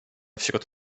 wśród